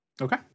Okay